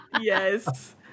Yes